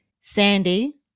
sandy